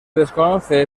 desconoce